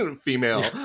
female